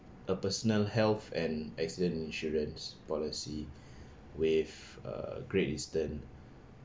a personal health and accident insurance policy with uh great eastern